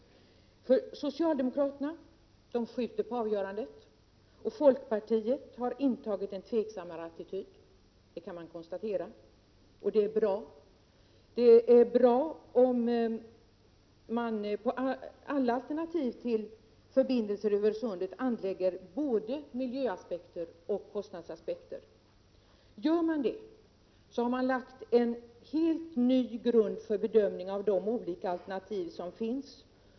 Socialdemokraterna skjuter på avgörandet, och folkpartiet har intagit en tveksammare attityd, och det är bra. Det är bra om man på alla alternativ till förbindelser över sundet anlägger både miljöoch kostnadsaspekter. Gör man det har man lagt en helt ny grund för bedömning av de olika alternativ som finns.